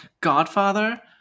Godfather